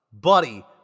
Buddy